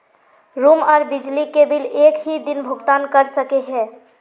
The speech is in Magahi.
रूम आर बिजली के बिल एक हि दिन भुगतान कर सके है?